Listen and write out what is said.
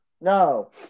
No